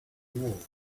war